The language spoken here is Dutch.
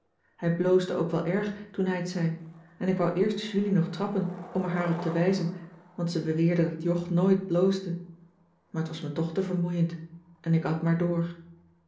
hij bloosde ook wel erg toen hij t zei en ik wou eerst julie nog trappen om er haar op te wijzen want ze beweerde dat jog nooit bloosde maar t was me toch te vermoeiend en ik at maar door